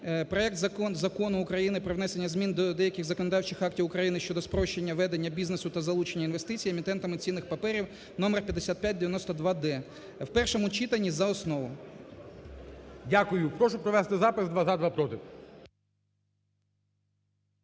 проект Закону про внесення змін до деяких законодавчих актів України (щодо спрощення ведення бізнесу та залучення інвестицій емітентами цінних паперів) (номер 5592-д) в першому читанні за основу. ГОЛОВУЮЧИЙ. Дякую. Прошу провести запис: два – за, два – проти.